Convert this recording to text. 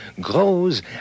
grows